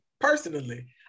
personally